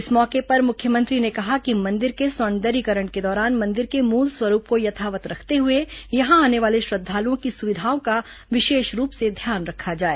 इस मौके पर मुख्यमंत्री ने कहा कि मंदिर के सौंदर्यीकरण के दौरान मंदिर के मुल स्वरूप को यथावत रखते हए यहां आने वाले श्रद्वालुओं की सुविधाओं का विशेष रूप से ध्यान रखा जाए